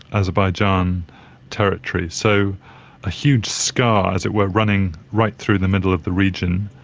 azerbaijan territory. so a huge scar, as it were, running right through the middle of the region,